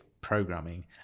programming